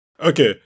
okay